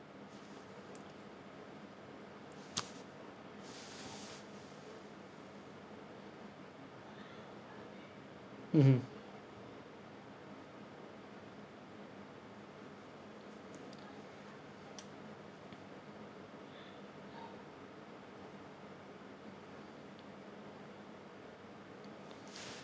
mmhmm